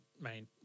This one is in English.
main